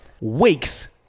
weeks